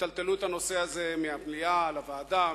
יטלטלו את הנושא הזה מהמליאה לוועדה,